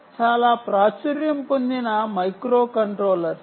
చాలా ప్రాచుర్యం పొందిన మైక్రోకంట్రోలర్స్